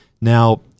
Now